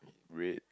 red